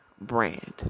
brand